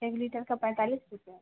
एक लीटर का पैंतालीस रुपया